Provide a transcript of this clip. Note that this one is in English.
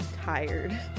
tired